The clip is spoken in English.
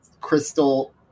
crystal